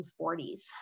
1940s